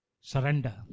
Surrender